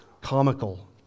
comical